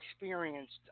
experienced